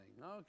Okay